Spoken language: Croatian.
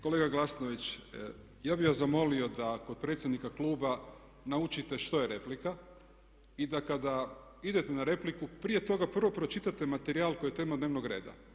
Kolega Glasnović, ja bih vas zamolio da kod predsjednika kluba naučite što je replika i da kada idete na repliku prije toga prvo pročitajte materijal koji je tema dnevnog reda.